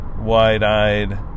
wide-eyed